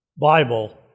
Bible